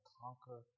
conquer